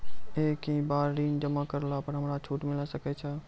एक ही बार ऋण जमा करला पर हमरा छूट मिले सकय छै?